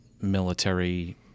military